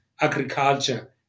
agriculture